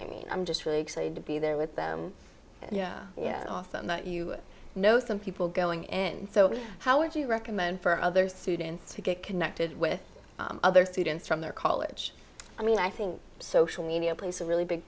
i mean i'm just really excited to be there with them and yeah yeah often that you know some people going in so how would you recommend for other students to get connected with other students from their college i mean i think social media plays a really big